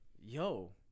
yo